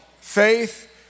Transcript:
Faith